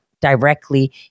directly